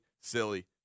silly